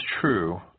true